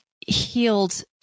healed